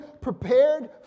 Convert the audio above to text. prepared